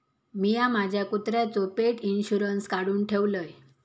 मिया माझ्या कुत्र्याचो पेट इंशुरन्स काढुन ठेवलय